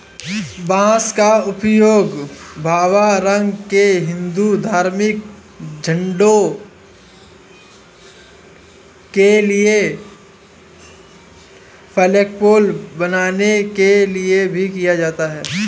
बांस का उपयोग भगवा रंग के हिंदू धार्मिक झंडों के लिए फ्लैगपोल बनाने के लिए भी किया जाता है